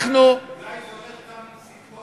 אולי זה הולך גם עם סיפוח